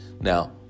Now